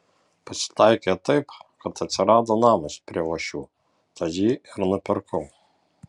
pasitaikė taip kad atsirado namas prie uošvių tad jį ir nusipirkau